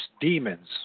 Demons